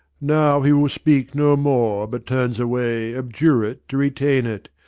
now he will speak no more, but turns away, obdurate to retain it.